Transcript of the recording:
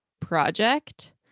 project